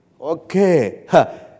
Okay